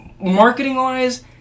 marketing-wise